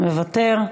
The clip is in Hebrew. מוותר,